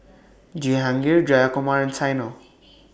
Jehangirr Jayakumar and Saina